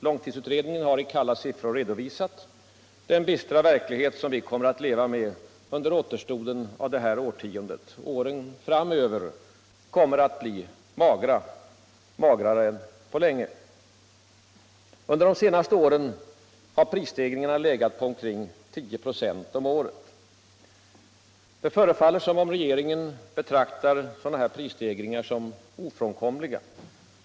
Långtidsutredningen har i kalla siffror redovisat den bistra verklighet som vi kommer att leva med under återstoden av detta årtionde. Åren framöver kommer att bli magra. Magrare än på länge. Under de senaste åren har prisstegringarna legat på omkring 10 26 om året. Det förefaller som om regeringen betraktar sådana prisstegringar som ofrånkomliga.